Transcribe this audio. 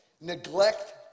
Neglect